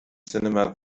cinema